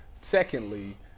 Secondly